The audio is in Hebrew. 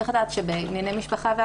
צריך לדעת שבענייני משפחה,